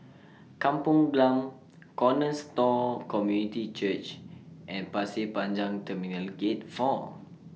Kampung Glam Cornerstone Community Church and Pasir Panjang Terminal Gate four